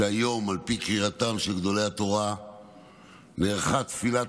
שעל פי קריאתם של גדולי התורה נערכה היום תפילת